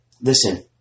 listen